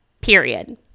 Period